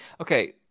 okay